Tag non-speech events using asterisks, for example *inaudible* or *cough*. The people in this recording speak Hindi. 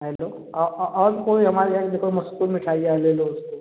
हैलो और कोई हमारी आई *unintelligible* उसको मिठाइयाँ ले लो उसको